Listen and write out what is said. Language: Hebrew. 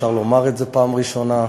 אפשר לומר את זה בפעם הראשונה,